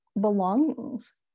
belongings